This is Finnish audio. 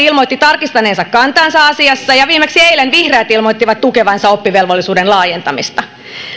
ilmoitti tarkistaneensa kantaansa asiassa ja viimeksi eilen vihreät ilmoittivat tukevansa oppivelvollisuuden laajentamista